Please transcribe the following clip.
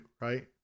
right